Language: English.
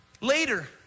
Later